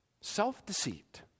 Self-deceit